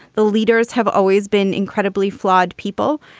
the leaders have always been incredibly flawed people.